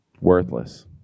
worthless